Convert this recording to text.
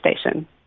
station